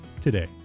today